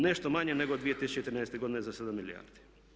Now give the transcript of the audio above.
Nešto manje nego 2013. godine za 7 milijardi.